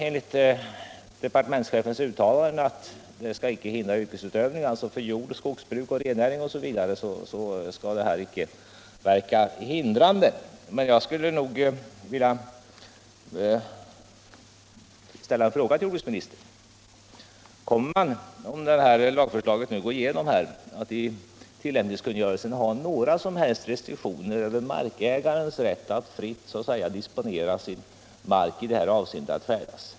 Enligt departementschefens uttalande skall lagen icke hindra yrkesutövning inom jordbruk, skogsbruk, rennäring osv., men jag skulle ändå vilja ställa en fråga till jordbruksministern: Kommer man, om lagförslaget nu går igenom, att i tillämpningskungörelsen ha några som helst restriktioner för markägarens rätt att fritt färdas på sin mark?